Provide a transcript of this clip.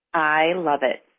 i love it